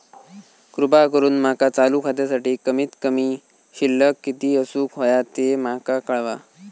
कृपा करून माका चालू खात्यासाठी कमित कमी शिल्लक किती असूक होया ते माका कळवा